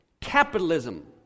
capitalism